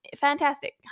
fantastic